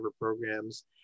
programs